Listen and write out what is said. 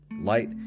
Light